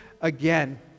again